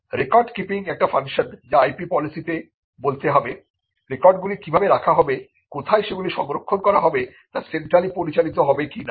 record keeping একটি function যা IP পলিসিতে বলতে হবেরেকর্ডগুলি কিভাবে রাখা হবে কোথায় সেগুলি সংরক্ষণ করা হবে তা সেন্ট্রালি পরিচালিত হবে কিনা